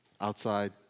outside